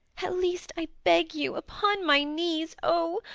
at least, i beg you upon my knees, oh,